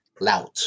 loud